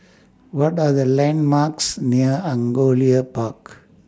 What Are The landmarks near Angullia Park